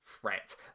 threat